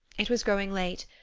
it was growing late,